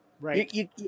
Right